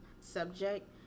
subject